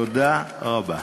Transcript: תודה רבה.